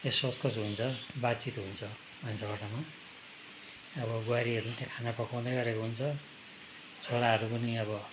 ए सोधखोज हुन्छ बातचित हुन्छ भान्साकोठामा अब बुहारीहरूले त्यहाँ खाना पकाउँदै गरेको हुन्छ छोराहरू पनि अब